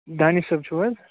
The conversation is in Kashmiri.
دانِش صٲب چھُو حظ